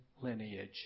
lineage